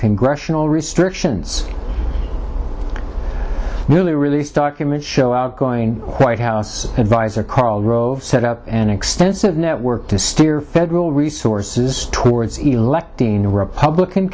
congressional restrictions newly released documents show outgoing white house adviser karl rove set up an extensive network to steer federal resources towards electing a republican